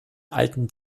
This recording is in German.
alten